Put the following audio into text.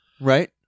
right